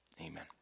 Amen